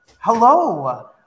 Hello